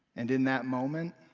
and in that moment,